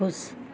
ख़ुश